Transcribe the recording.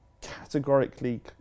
categorically